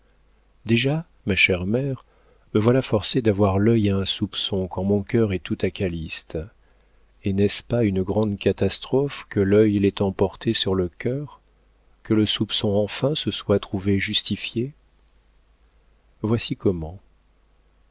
déjà ma chère mère me voilà forcée d'avoir l'œil à un soupçon quand mon cœur est tout à calyste et n'est-ce pas une grande catastrophe que l'œil l'ait emporté sur le cœur que le soupçon enfin se soit trouvé justifié voici comment